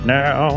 now